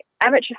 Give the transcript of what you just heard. amateur